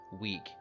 week